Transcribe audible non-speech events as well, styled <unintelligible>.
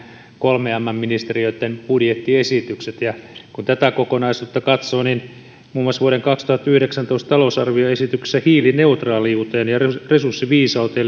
kolmen mn ministeriöitten budjettiesitykset ja kun tätä kokonaisuutta katsoo niin muun muassa vuoden kaksituhattayhdeksäntoista talousarvioesityksessä hiilineutraaliuteen ja resurssiviisauteen <unintelligible>